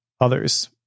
others